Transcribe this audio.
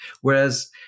Whereas